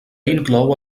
inclou